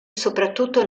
soprattutto